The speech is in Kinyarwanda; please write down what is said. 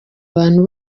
abantu